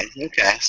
okay